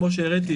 כמו שהראיתי,